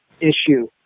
issue